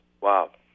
Wow